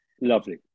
lovely